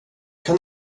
kan